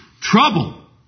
trouble